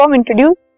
introduce